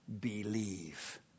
believe